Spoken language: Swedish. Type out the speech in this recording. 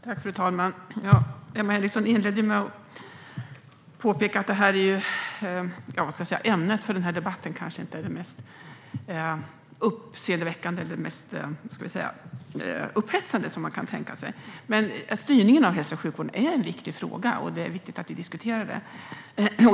Fru talman! Emma Henriksson inledde med att påpeka att ämnet för den här debatten inte är det mest upphetsande. Men styrningen av hälso och sjukvården är en viktig fråga, och det är viktigt att vi diskuterar den.